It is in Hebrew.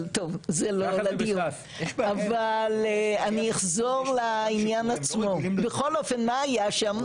אבל אני אחזור לעניין עצמו, בכל אופן מה היה שם?